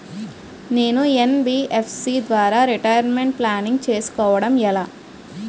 నేను యన్.బి.ఎఫ్.సి ద్వారా retirement planning చేసుకోవడం ఎలా?